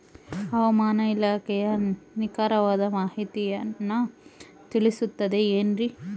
ಹವಮಾನ ಇಲಾಖೆಯ ನಿಖರವಾದ ಮಾಹಿತಿಯನ್ನ ತಿಳಿಸುತ್ತದೆ ಎನ್ರಿ?